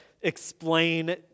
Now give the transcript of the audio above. explain